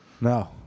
No